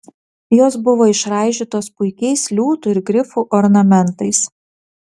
jos buvo išraižytos puikiais liūtų ir grifų ornamentais